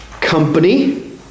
company